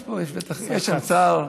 יש פה, יש שר,